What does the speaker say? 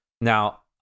Now